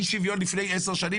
אי השוויון לפני עשר שנים,